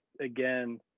again